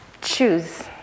Choose